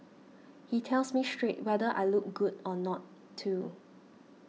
he tells me straight whether I look good or not too